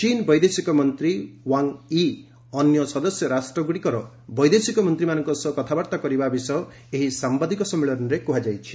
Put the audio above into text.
ଚୀନ୍ ବୈଦେଶିକ ମନ୍ତ୍ରୀ ୱାଙ୍ଗ୍ ୟି ଅନ୍ୟ ସଦସ୍ୟ ରାଷ୍ଟ୍ରଗୁଡ଼ିକର ବୈଦେଶିକ ମନ୍ତ୍ରୀମାନଙ୍କ ସହ କଥାବାର୍ତ୍ତା କରିବା ବିଷୟ ଏହି ସାମ୍ଧାଦିକ ସମ୍ମିଳନୀରେ କୁହାଯଇଛି